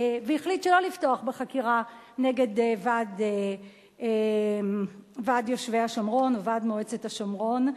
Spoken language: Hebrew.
והחליט שלא לפתוח בחקירה נגד ועד יושבי השומרון או ועד מועצת השומרון.